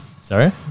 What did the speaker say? Sorry